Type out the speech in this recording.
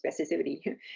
specificity